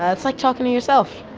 ah it's like talking to yourself.